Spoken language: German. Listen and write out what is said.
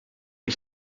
ich